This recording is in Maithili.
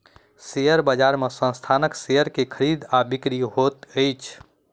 शेयर बजार में संस्थानक शेयर के खरीद आ बिक्री होइत अछि